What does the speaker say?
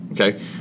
okay